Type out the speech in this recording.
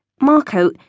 Marco